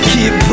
Keep